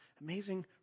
Amazing